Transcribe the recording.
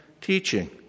teaching